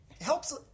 helps